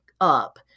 up